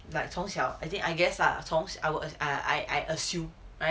like 从小 as in I guess lah as I think I I assume right